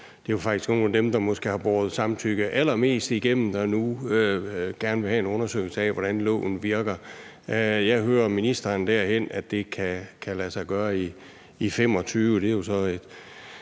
det er jo faktisk nogle af dem, der har båret samtykke allermest igennem, der nu gerne vil have en undersøgelse af, hvordan loven virker. Jeg hører ministeren sige, at det kan lade sig gøre i 2025,